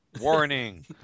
Warning